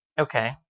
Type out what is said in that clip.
Okay